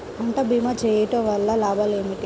పంట భీమా చేయుటవల్ల లాభాలు ఏమిటి?